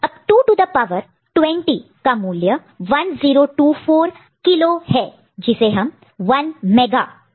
अब 2 two the power 20 का मूल्य 1024 किलो है जिसे हम 1 मेगा भी कह सकते हैं